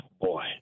boy